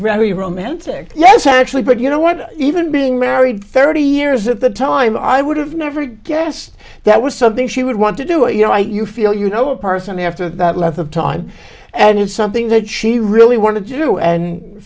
very romantic yes actually but you know what even being married thirty years at the time i would have never guessed that was something she would want to do it you know like you feel you know a person after that length of time and it's something that she really wanted to do and